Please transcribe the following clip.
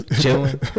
Chilling